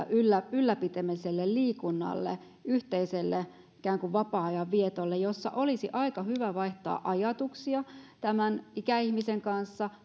ylläpitämiselle liikunnalle yhteiselle ikään kuin vapaa ajan vietolle missä olisi aika hyvä vaihtaa ajatuksia tämän ikäihmisen kanssa